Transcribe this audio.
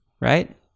Right